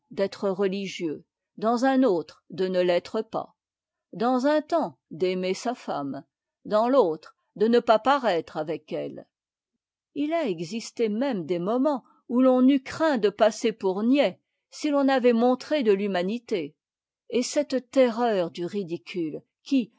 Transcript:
d'être religieux dans un autre de ne t'être pas dans un temps d'aimer sa femme dans l'autre de ne pas paraître avec elle il a existé même des moments où l'on eut craint de passer pour niais si l'on avait montré de l'humanité et cette terreur du ridicule qui